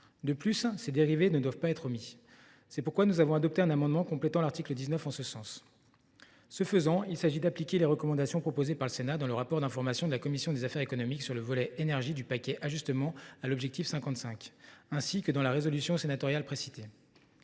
De plus, ses dérivés ne doivent pas être omis. C’est pourquoi nous avons adopté un amendement complétant l’article 19 en ce sens. En l’occurrence, il s’agissait d’appliquer les recommandations proposées par le Sénat, dans le rapport d’information de la commission des affaires économiques sur le volet énergie du paquet Ajustement à l’objectif 55, ainsi que dans la résolution sénatoriale précitée.